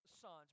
sons